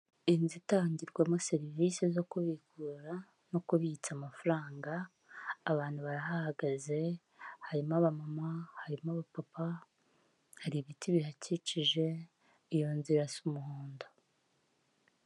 Inzu itangirwamo serivise zo kubikura no kubitsa amafaranga, abantu barahahagaze harimo abamama, harimo abapapa, hari ibiti bihakikije, iyo nzu iraza umuhondo.